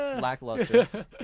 lackluster